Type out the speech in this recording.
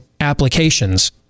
applications